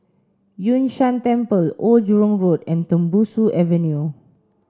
Yun Shan Temple Old Jurong Road and Tembusu Avenue